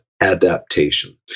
adaptation